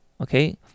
okay